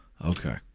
Okay